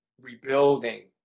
rebuilding